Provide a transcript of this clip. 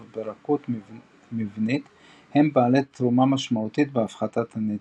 ברכות מבנית הם בעלי תרומה משמעותית בהפחתת הנדנוד.